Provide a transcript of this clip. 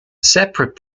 separate